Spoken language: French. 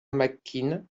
mcqueen